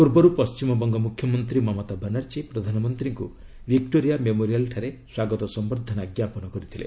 ପୂର୍ବରୁ ପଶ୍ଚିମବଙ୍ଗ ମୁଖ୍ୟମନ୍ତ୍ରୀ ମମତା ବାନାର୍ଚ୍ଚୀ ପ୍ରଧାନମନ୍ତ୍ରୀଙ୍କୁ ଭିକ୍ଟୋରିଆ ମେମୋରିଆଲ୍ଠାରେ ସ୍ୱାଗତ ସମ୍ପର୍ଦ୍ଧନା ଜ୍ଞାପନ କରିଥିଲେ